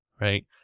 Right